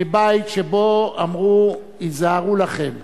מבית שבו אמרו: היזהרו לכם.